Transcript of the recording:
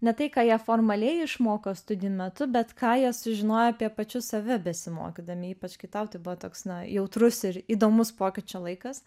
ne tai ką jie formaliai išmoko studijų metu bet ką jie sužinojo apie pačius save besimokydami ypač kai tau tai buvo toks na jautrus ir įdomus pokyčio laikas